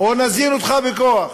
או נזין אותך בכוח.